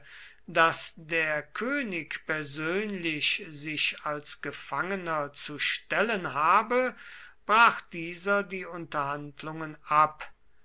daß der könig persönlich sich als gefangener zu stellen habe brach dieser die unterhandlungen ab